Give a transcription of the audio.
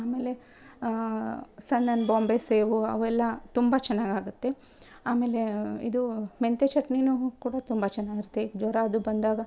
ಆಮೇಲೆ ಸಣ್ಣ ಬಾಂಬೇ ಸೇವು ಅವೆಲ್ಲ ತುಂಬ ಚೆನ್ನಾಗಾಗತ್ತೆ ಆಮೇಲೇ ಇದೂ ಮೆಂತೆ ಚಟ್ನಿನೂ ಕೂಡ ತುಂಬ ಚೆನ್ನಾಗಿರುತ್ತೆ ಈಗ ಜ್ವರ ಅದು ಬಂದಾಗ